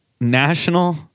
national